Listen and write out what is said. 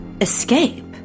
Escape